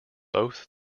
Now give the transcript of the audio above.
both